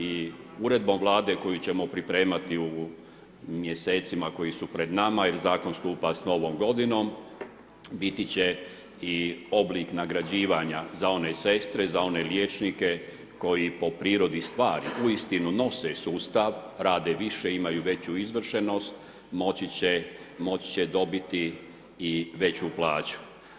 I Uredbom Vlade koju ćemo pripremati u mjesecima koji su pred nama jer Zakon stupa s Novom Godinom, biti će i oblik nagrađivanja za one sestre, za one liječnike koji po prirodi stvari uistinu nose sustav, rade više, imaju veću izvršenost, moći će dobiti i veću plaću.